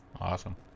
Awesome